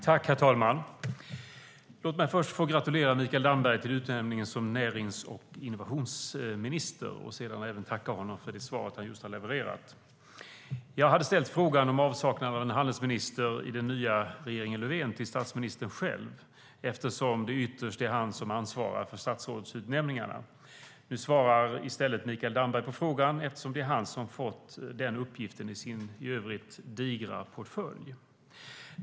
Herr talman! Låt mig först få gratulera Mikael Damberg till utnämningen som närings och innovationsminister och sedan tacka honom för svaret på min interpellation. Jag hade ställt frågan om avsaknad av en handelsminister i den nya regeringen Löfven till statsministern eftersom det ytterst är han som ansvarar för statsrådsutnämningarna. Nu svarar i stället Mikael Damberg på frågan då han fått den uppgiften i sin redan i övrigt digra portfölj.